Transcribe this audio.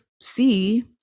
see